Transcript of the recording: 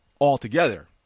altogether